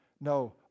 No